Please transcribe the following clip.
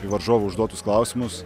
į varžovų užduotus klausimus